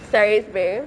sari's bae